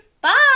Bye